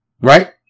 right